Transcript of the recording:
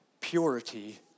purity